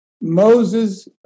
Moses